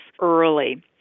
early